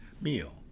meal